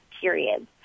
periods